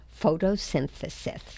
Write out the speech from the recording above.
photosynthesis